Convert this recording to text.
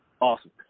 Awesome